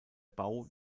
bau